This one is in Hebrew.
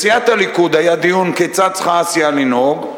בסיעת הליכוד היה דיון כיצד צריכה הסיעה לנהוג,